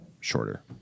shorter